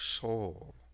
soul